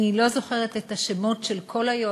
אני לא זוכרת את השמות של כל היועצים,